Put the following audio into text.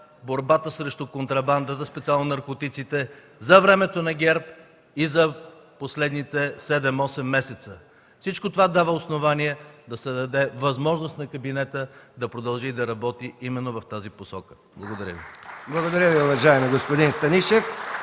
борбата срещу контрабандата, специално наркотиците, за времето на ГЕРБ и последните 7-8 месеца. Всичко това дава основание да се даде възможност на кабинета да продължи да работи именно в тази посока. Благодаря Ви. (Ръкопляскания от КБ и